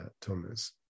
thomas